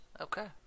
Okay